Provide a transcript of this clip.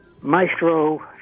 Maestro